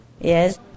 yes